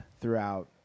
throughout